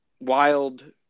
wild